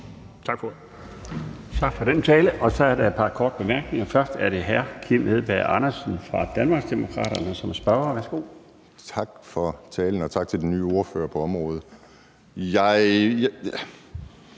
Tak for den tale. Så er der et par korte bemærkninger. Først er det hr. Kim Edberg Andersen fra Danmarksdemokraterne som spørger. Værsgo. Kl. 16:46 Kim Edberg Andersen (DD): Tak for talen, og tak til den nye ordfører på området. Jeg